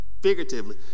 figuratively